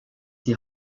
die